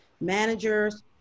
managers